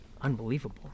unbelievable